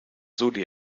soli